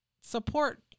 Support